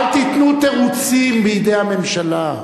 אל תיתנו תירוצים בידי הממשלה.